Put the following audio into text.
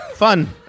Fun